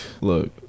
Look